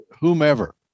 whomever